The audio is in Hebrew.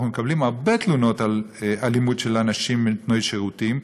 אנחנו מקבלים הרבה תלונות על אלימות של אנשים נותני שירותים,